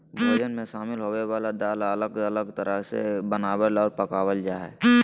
भोजन मे शामिल होवय वला दाल अलग अलग तरीका से बनावल आर पकावल जा हय